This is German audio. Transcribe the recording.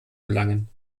gelangen